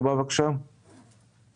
אנחנו